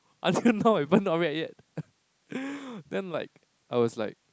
until now everyone not wrecked yet then like I was like